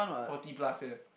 forty plus eh